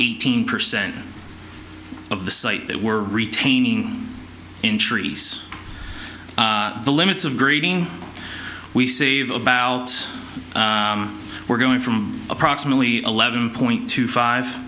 eighteen percent of the site that we're retaining in trees the limits of grieving we save about we're going from approximately eleven point two five